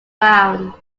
round